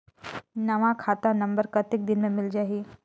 नवा खाता नंबर कतेक दिन मे मिल जाही?